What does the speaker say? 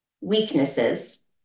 weaknesses